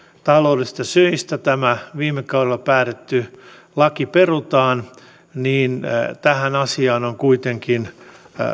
taloudellisista syistä tämä viime kaudella päätetty laki perutaan niin tähän asiaan on kuitenkin